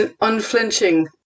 unflinching